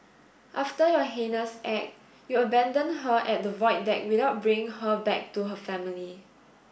after your heinous act you abandoned her at the Void Deck without bringing her back to her family